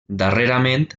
darrerament